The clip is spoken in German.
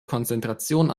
konzentration